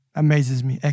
amazes-me